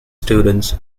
students